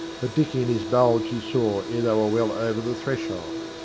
but dicky and his bulge he saw ere they were well over the threshold.